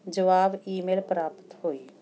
ਜਵਾਬ ਈਮੇਲ ਪ੍ਰਾਪਤ ਹੋਈ